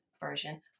version